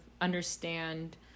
understand